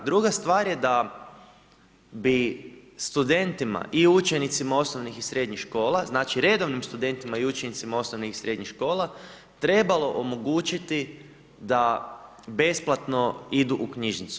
Druga stvar je da bi studentima i učenicima osnovnih i srednjih škola, znači redovnim studentima i učenicima osnovnih i srednjih škola trebalo omogućiti da besplatno idu u knjižnicu.